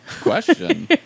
question